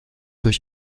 durch